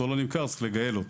אם האוטו לא נמכר צריך לגייל אותו,